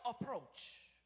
approach